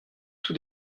tout